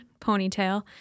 ponytail